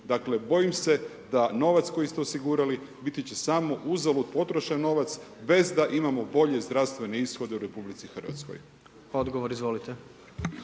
Dakle bojim se da novac koji ste osigurali, biti će samo uzalud potrošen novac, bez da imamo volje i zdravstvene ishode u RH. **Jandroković, Gordan (HDZ)** Odgovor izvolite.